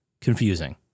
confusing